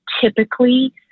typically